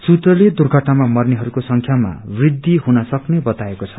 सुत्रले दुर्घटनामा मर्नेहरूको संख्यामा वृद्धि हुन सक्ने बताएको छ